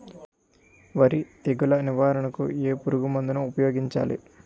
వరి తెగుల నివారణకు ఏ పురుగు మందు ను ఊపాయోగించలి?